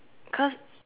cause